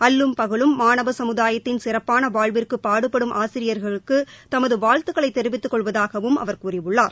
அல்லும் பகலும் மாணவ சமுதாயத்தின் சிறப்பான வாழ்விற்குப் பாடுபடும் ஆசிரியர்களுக்கு தமது வாழ்த்துக்களை தெரிவித்துக் கொள்வதாகவும் அவர் கூறியுள்ளார்